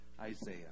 Isaiah